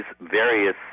various